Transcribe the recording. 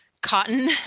cotton